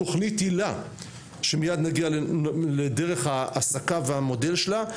תוכנית הילה שמיד נגיע לדרך ההעסקה והמודל שלה,